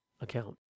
account